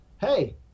Hey